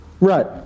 Right